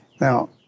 Now